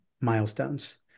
milestones